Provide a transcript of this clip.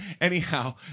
anyhow